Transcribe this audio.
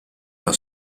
una